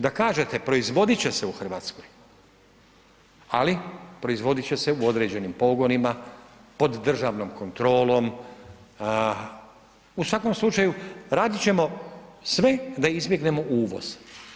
Da kažete, proizvoditi će se u Hrvatskoj, ali, proizvoditi će se u određenim pogonima, pod državnom kontrolom, u svakom slučaju, radit ćemo sve da izbjegnemo uvoz.